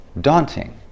daunting